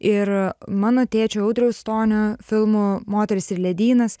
ir mano tėčio audriaus stonio filmu moteris ir ledynas